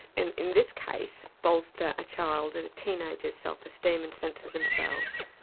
and in this case, bolster a child, and a teenager's self esteem and sense of themselves.